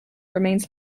remains